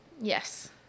Yes